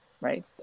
right